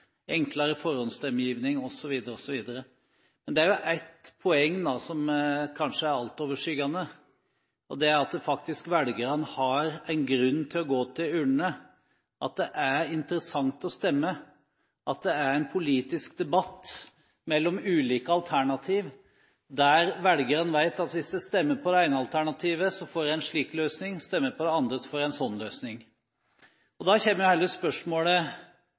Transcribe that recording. Men det er ett poeng som kanskje er altoverskyggende, og det er at velgerne faktisk har en grunn til å gå til urnene, at det er interessant å stemme, at det er en politisk debatt mellom ulike alternativ der velgerne vet at hvis de stemmer på det ene alternativet, får de en slik løsning, stemmer de på det andre, får de en sånn løsning. Da